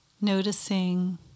Noticing